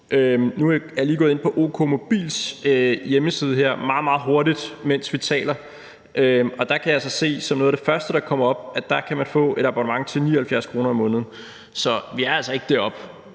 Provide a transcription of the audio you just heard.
Nu er jeg lige gået ind på OK Mobils hjemmeside her meget, meget hurtigt, mens vi taler, og der kan jeg se, at man, i forhold til noget af det første, der kommer op, kan få et abonnement til 79 kr. om måneden. Så vi er altså ikke deroppe,